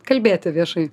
kalbėti viešai